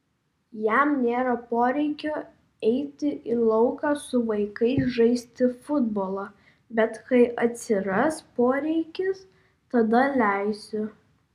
jam nėra poreikio eiti į lauką su vaikais žaisti futbolą bet kai atsiras poreikis tada leisiu